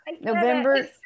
november